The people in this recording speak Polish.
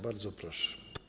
Bardzo proszę.